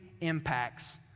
impacts